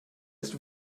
ist